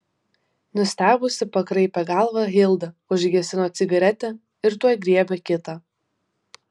nustebusi pakraipė galvą hilda užgesino cigaretę ir tuoj griebė kitą